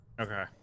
Okay